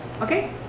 Okay